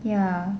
ya